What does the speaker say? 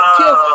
kill